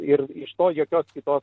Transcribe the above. ir iš to jokios kitos